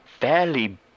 fairly